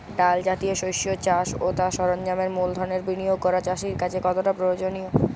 ডাল জাতীয় শস্যের চাষ ও তার সরঞ্জামের মূলধনের বিনিয়োগ করা চাষীর কাছে কতটা প্রয়োজনীয়?